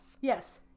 yes